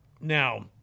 Now